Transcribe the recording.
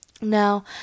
now